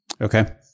Okay